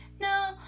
no